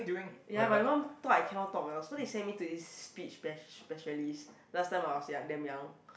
ya my mum thought I cannot talk eh so they sent me to this speech pesh~ specialist last time I was young damn young